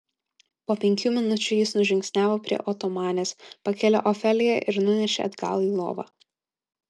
po penkių minučių jis nužingsniavo prie otomanės pakėlė ofeliją ir nunešė atgal į lovą